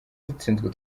dutsinzwe